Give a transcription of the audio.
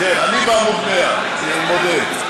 כן, אני בעמוד 100, אני מודה.